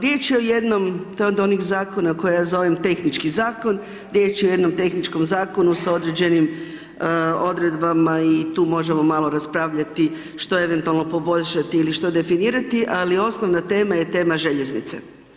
Riječ je o jednom, to je od onih zakona koje ja zovem tehnički zakon, riječ je o jednom tehničkom zakonu sa određenim odredbama i tu možemo malo raspravljati što eventualno poboljšati ili što definirati ali osnovna tema je tema željeznice.